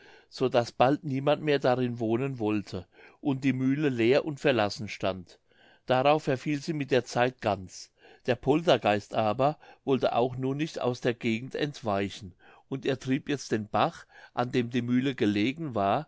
so daß bald niemand mehr darin wohnen wollte und die mühle leer und verlassen stand darauf verfiel sie mit der zeit ganz der poltergeist aber wollte auch nun nicht aus der gegend entweichen und er trieb jetzt den bach an dem die mühle gegangen war